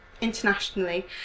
internationally